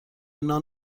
نان